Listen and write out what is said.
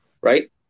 right